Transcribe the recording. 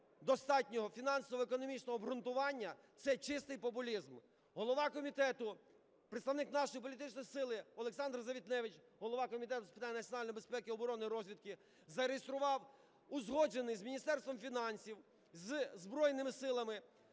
достатнього фінансово-економічного обґрунтування – це чистий популізм. Голова комітету, представник нашої політичної сили Олександр Завітневич, голова Комітету з питань національної безпеки, оборони та розвідки, зареєстрував узгоджений з Міністерством фінансів, зі Збройними Силами